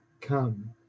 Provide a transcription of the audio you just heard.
come